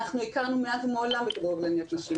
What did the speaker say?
אנחנו הכרנו מאז ומעולם בכדורגלניות נשים.